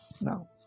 now